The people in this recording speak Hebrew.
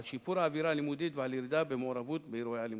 על שיפור האווירה הלימודית ועל ירידה במעורבות באירועי אלימות.